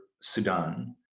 Sudan